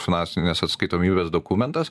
finansinės atskaitomybės dokumentas